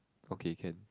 okay can